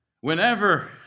Whenever